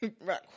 Right